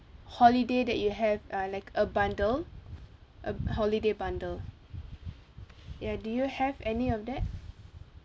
holiday that you have uh like a bundle a holiday bundle ya do you have any of that